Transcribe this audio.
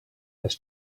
has